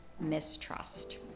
mistrust